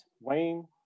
Wayne